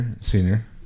Senior